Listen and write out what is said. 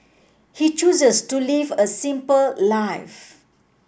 he chooses to live a simple life